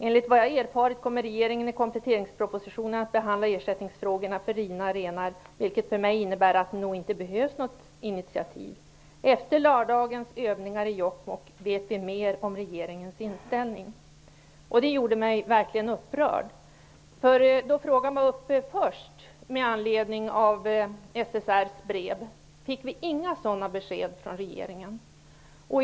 Enligt vad jag erfarit kommer regeringen i kompletteringspropositionen att behandla ersättningsfrågorna för rivna renar, vilket för mig innebär att det nog inte behövs något initiativ. Efter lördagens övningar i Jokkmokk vet vi mer om regeringens inställning. Det gjorde mig verkligen upprörd. Då frågan först var uppe med anledning av SSR:s brev fick vi inga sådana besked från regeringen.